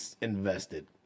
invested